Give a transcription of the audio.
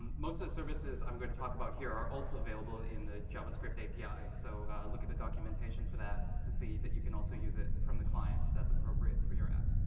most of the services i'm going to talk about here are also available in the javascript api, so look at the documentation for that to see that you can also use it from the client if that's appropriate for your app.